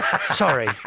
Sorry